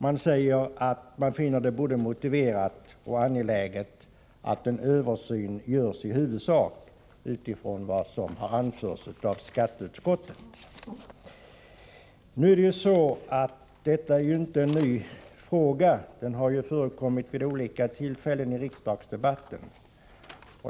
Det sägs ju att man finner det både motiverat och angeläget att en översyn görs i huvudsak utifrån vad som anförts av bostadsutskottet. Detta är inte en ny fråga, utan den har kommit upp vid olika tillfällen i riksdagens debatter.